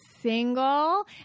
single